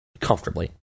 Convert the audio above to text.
comfortably